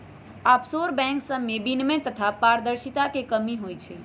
offshore bank सभमें विनियमन तथा पारदर्शिता के कमी होइ छइ